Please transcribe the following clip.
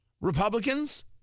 Republicans